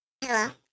Hello